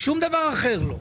שום דבר אחר לא.